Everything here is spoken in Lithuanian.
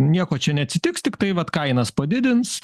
nieko čia neatsitiks tiktai vat kainas padidins